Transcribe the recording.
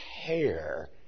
hair